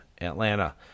Atlanta